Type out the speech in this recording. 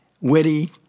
witty